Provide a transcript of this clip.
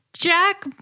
Jack